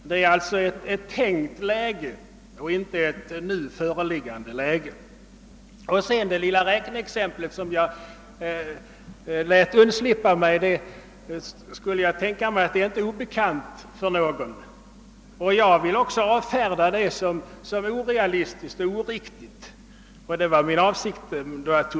Jag skildrade alltså ett tänkt, inte ett nu föreliggande läge. Det lilla räkneexempel jag lät undslippa mig är väl inte obekant för någon, kan jag tänka mig. Jag vill också avfärda det som orealistiskt och oriktigt. Därför anförde jag det.